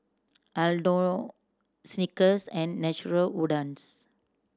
Aldo Snickers and Natural Wonders